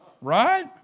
Right